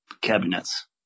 cabinets